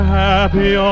happy